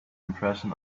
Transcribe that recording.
impression